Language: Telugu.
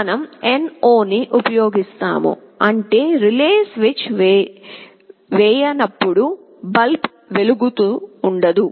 మనం NO ని ఉపయోగిస్తాము అంటే రిలే స్విచ్ వేయనప్పుడు బల్బ్ వెలుగుతు ఉండదు